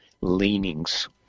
leanings